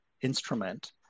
instrument